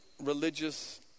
religious